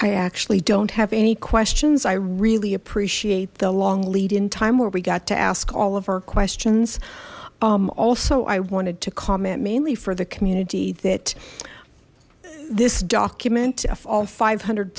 i actually don't have any questions i really appreciate the long lead in time where we got to ask all of our questions also i wanted to comment mainly for the community that this document of all five hundred